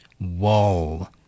wall